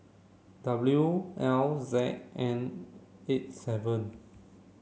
W L Z N eight seven